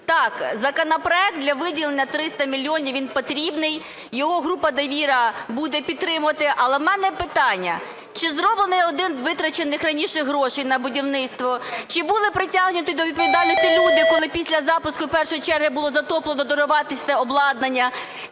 Так, законопроект для виділення 300 мільйонів, він потрібний. Його група "Довіра" буде підтримувати. Але в мене питання. Чи зроблений аудит витрачених раніше грошей на будівництво? Чи були притягнуті до відповідальності люди, коли після запуску першої черги було затоплено дороговартісне обладнання?